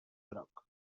groc